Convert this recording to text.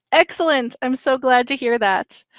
excellent. i'm so glad to hear that.